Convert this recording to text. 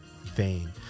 vain